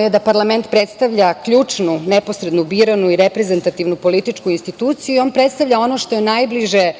je da parlament predstavlja ključnu, neposredno biranu i reprezentativnu političku instituciju, on predstavlja ono što je